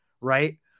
right